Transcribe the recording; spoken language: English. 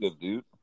dude